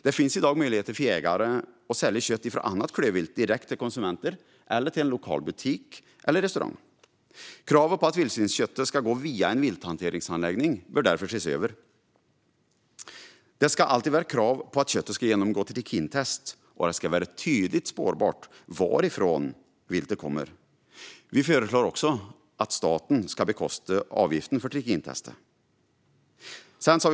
Det finns i dag möjligheter för jägare att sälja kött från annat klövvilt direkt till konsumenter eller till en lokal butik eller restaurang. Kravet på att vildsvinsköttet ska gå via en vilthanteringsanläggning bör därför ses över. Det ska alltid krävas att köttet genomgår trikintest, och det ska vara tydligt spårbart varifrån viltet kommer. Vi föreslår också att staten ska bekosta avgiften för trikintestet.